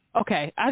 Okay